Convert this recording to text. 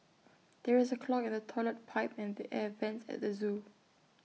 there is A clog in the Toilet Pipe and the air Vents at the Zoo